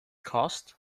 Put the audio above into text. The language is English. cost